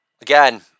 Again